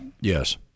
Yes